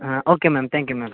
ಹಾಂ okay ma'am thank you ma'am